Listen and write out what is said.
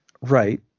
right